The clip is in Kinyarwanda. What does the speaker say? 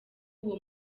uwo